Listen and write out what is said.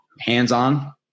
Hands-on